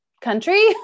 country